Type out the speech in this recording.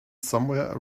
somewhere